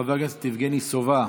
חבר הכנסת יבגני סובה,